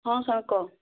ହଁ ସାଙ୍ଗ କହ